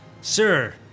Sir